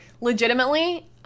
legitimately